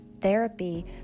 therapy